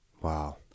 Wow